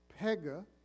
Pega